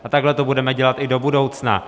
A takhle to budeme dělat i do budoucna.